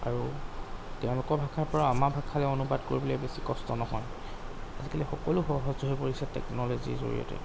আৰু তেওঁলোকৰ ভাষাৰপৰা আমাৰ ভাষালৈ অনুবাদ কৰিবলৈ বেছি কষ্ট নহয় আজিকালি সকলো সহজ হৈ পৰিছে টেকনলজীৰ জৰিয়তে